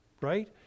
Right